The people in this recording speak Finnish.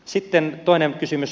sitten toinen kysymys